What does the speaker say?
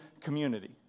community